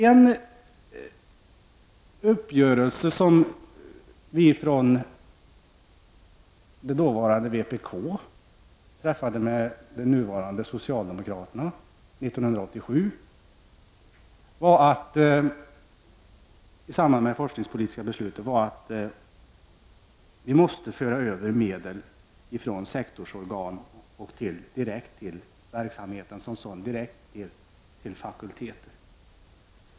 En uppgörelse som vi från dåvarande vpk träffade med nuvarande socialdemokrater 1987 i samband med det forskningspolitiska beslutet gick ut på att vi måste föra över medel från sektorsorgan direkt till verksamheter och fakulteter.